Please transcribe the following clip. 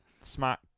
smack